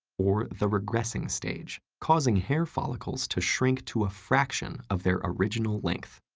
or the regressing stage, causing hair follicles to shrink to a fraction of their original length.